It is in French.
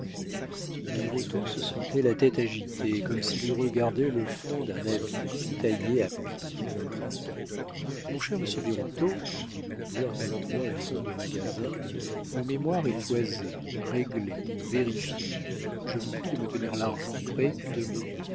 birotteau se sentait la tête agitée comme s'il eût regardé le fond d'un abîme taillé à pic mon cher monsieur birotteau dit lourdois en l'emmenant au fond du magasin mon mémoire est toisé réglé vérifié je vous prie de me tenir l'argent prêt demain